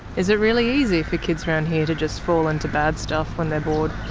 is it really easy for kids around here to just fall into bad stuff when they're bored?